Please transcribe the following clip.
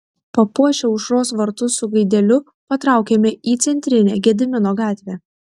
papuošę aušros vartus su gaideliu patraukėme į centrinę gedimino gatvę